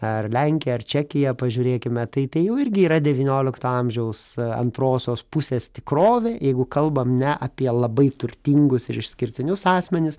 ar lenkija ar čekija pažiūrėkime tai tai jau irgi yra devyniolikto amžiaus antrosios pusės tikrovė jeigu kalbam ne apie labai turtingus ir išskirtinius asmenis